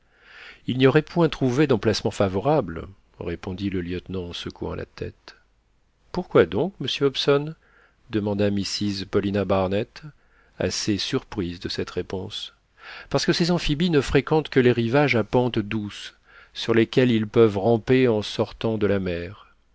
ils n'y auraient point trouvé d'emplacement favorable répondit le lieutenant en secouant la tête pourquoi donc monsieur hobson demanda mrs paulina barnett assez surprise de cette réponse parce que ces amphibies ne fréquentent que les rivages à pente douce sur lesquels ils peuvent ramper en sortant de la mer